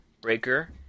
Breaker